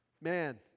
man